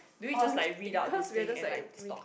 oh cause we are just like make